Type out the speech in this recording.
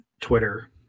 Twitter